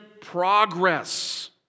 progress